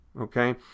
Okay